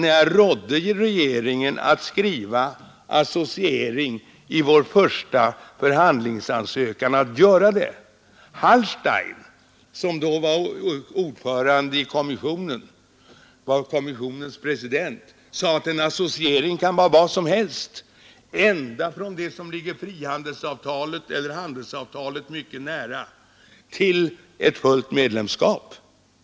När jag rådde regeringen att i vår första ansökan begära förhandlingar om associering, grundade jag mitt ställningstagande på att Hallstein, som då var kommissionens president, sagt att en associering kunde vara vad som helst ända från det som ligger handelsavtalet mycket nära till ett fullt medlemskap.